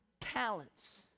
talents